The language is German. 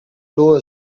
los